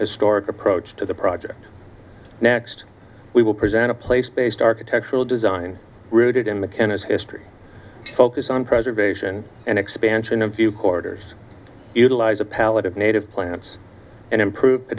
historic approach to the project next we will present a place based architectural design rooted in the cannas history focus on preservation and expansion of a few corridors utilize a palette of native plants and improve the